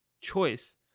choice